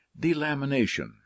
delamination